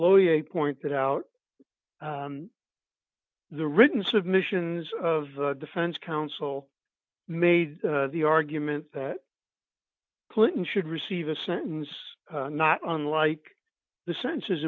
lawyer a point that out the written submissions of defense counsel made the argument that clinton should receive a sentence not unlike the senses